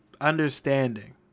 understanding